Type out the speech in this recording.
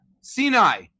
Sinai